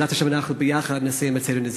בעזרת השם, אנחנו נסיים ביחד את סדר נזיקין.